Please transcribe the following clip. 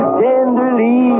tenderly